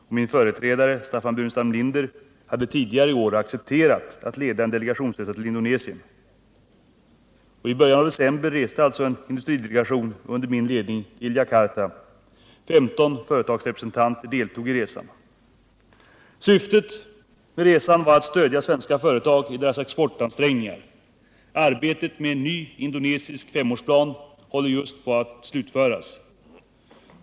Min företrädare Staffan Burenstam Linder hade tidigare i år accepterat att leda en delegationsresa till Indonesien. I början av december reste alltså en industridelegation under min ledning till Djakarta. 15 företagsrepresentanter deltog i resan. Syftet med resan var att stödja svenska företag i deras exportansträngningar. Arbetet med en ny indonesisk femårsplan håller just nu på att slutföras.